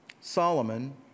Solomon